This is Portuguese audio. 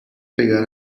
pegar